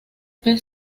pez